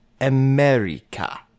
America